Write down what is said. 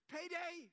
Payday